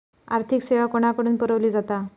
आर्थिक सेवा कोणाकडन पुरविली जाता?